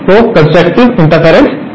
तो constructive interference होता है